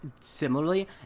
similarly